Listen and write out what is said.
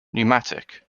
pneumatic